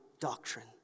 doctrine